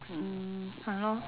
mm !hannor!